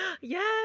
Yes